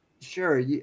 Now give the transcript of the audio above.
Sure